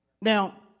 Now